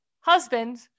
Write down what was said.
husband